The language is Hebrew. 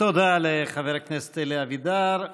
תודה לחבר הכנסת אלי אבידר.